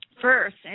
first